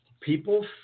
people